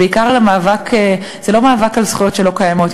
זה לא מאבק על זכויות שלא קיימות.